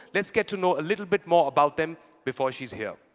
let's get to know a little bit more about them before she's here.